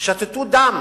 שתתו דם